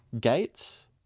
gates